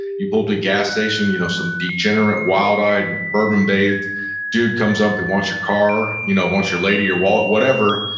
you pull to a gas station, you know some degenerate, wild-eyed, bourbon-bathed dude comes up and wants your car, you know wants your lady, your wallet, whatever.